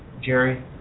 Jerry